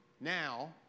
now